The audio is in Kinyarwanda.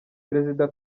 perezida